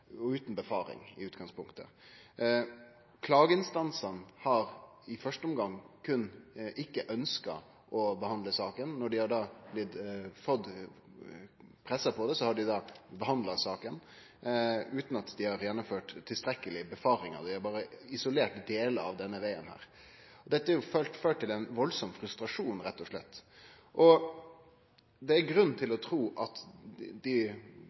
utan synfaring i utgangspunktet. Klageinstansane har i første omgang ikkje ønskt å behandle saka, og når dei har fått press på seg, har dei behandla saka utan å gjennomføre tilstrekkelege synfaringar. Dei har berre sett isolerte delar av denne vegen. Dette har ført til ein veldig frustrasjon, rett og slett. Det er grunn til å tru at dei